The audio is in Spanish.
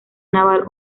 naval